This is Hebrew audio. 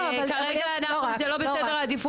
לא רק, לא רק.